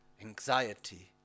anxiety